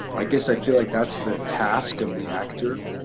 i guess i feel like that's the task of the actor.